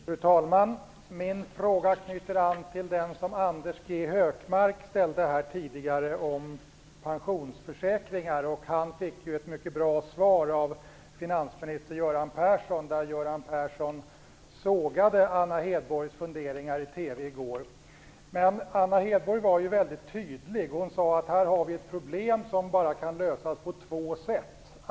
Fru talman! Min fråga knyter an till den som Anders G Högmark ställde tidigare om pensionsförsäkringar. Han fick då ett mycket bra svar från finansminister Göran Persson. Göran Persson sågade nämligen Anna Hedborg var i det sammanhanget väldigt tydlig. Hon sade att det här problemet bara kan lösas på två sätt.